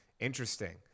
Interesting